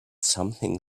something